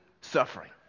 suffering